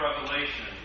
revelation